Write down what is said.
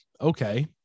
Okay